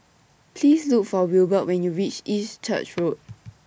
Please Look For Wilbert when YOU REACH East Church Road